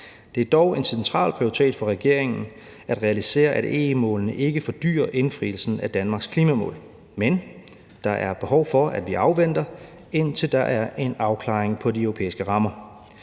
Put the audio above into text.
Det er dog en central prioritet for regeringen at realisere, at EE-målene ikke fordyrer indfrielsen af Danmarks klimamål, men der er behov for, at vi afventer, indtil der er en afklaring af de europæiske rammer.